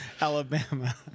Alabama